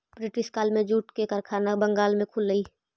British काल में jute के कारखाना बंगाल में खुललई